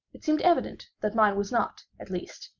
it seemed evident that mine was not, at least,